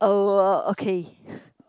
uh okay